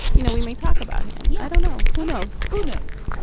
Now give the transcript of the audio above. you know, we may talk about him. yeah i don't know. who knows? who knows?